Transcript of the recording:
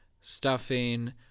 stuffing